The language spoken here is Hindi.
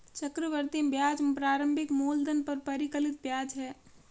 चक्रवृद्धि ब्याज प्रारंभिक मूलधन पर परिकलित ब्याज है